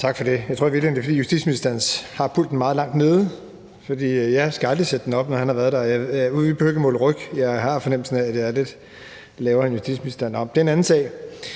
Tak for det. Jeg tror i virkeligheden, at justitsministeren har pulten meget langt nede, for jeg skal aldrig sætte den op, når han har været der, og vi behøver ikke måle ryg, men jeg har på fornemmelsen, at jeg er lidt lavere end justitsministeren. Nå, det er en anden sag.